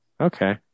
Okay